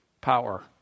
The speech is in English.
power